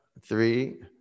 three